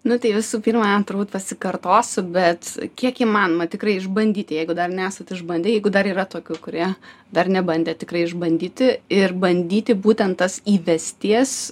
nu tai visų pirma turbūt pasikartosiu bet kiek įmanoma tikrai išbandyti jeigu dar nesat išbandę jeigu dar yra tokių kurie dar nebandė tikrai išbandyti ir bandyti būtent tas įvesties